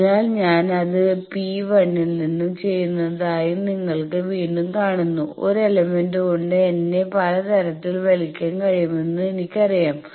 അതിനാൽ ഞാൻ അത് P 1 ൽ നിന്ന് ചെയ്യുന്നതായി നിങ്ങൾ വീണ്ടും കാണുന്നു ഒരു എലമെന്റ് കൊണ്ട് എന്നെ പല തരത്തിൽ വലിക്കാൻ കഴിയുമെന്ന് എനിക്കറിയാം